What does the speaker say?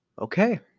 okay